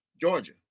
Georgia